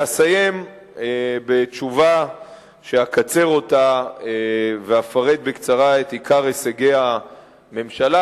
ואסיים בתשובה שאקצר אותה ואפרט בקצרה את עיקר הישגי הממשלה.